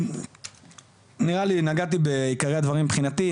אני חושב שנגעתי בעיקרי הדברים מבחינתי.